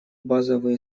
базовые